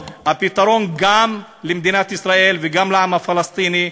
גם למדינת ישראל וגם לעם הפלסטיני.